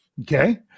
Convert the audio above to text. Okay